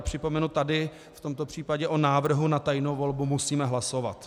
Připomenu, že v tomto případě o návrhu na tajnou volbu musíme hlasovat.